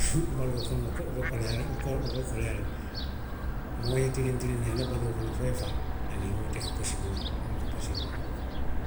Muŋ be baluo kuo wo kono be koleyaa la le. Moo ye tiliŋ tiliŋ na i la baluo kono fo i ye faa, hani wo te posibili noo la, wo buka posibili noo.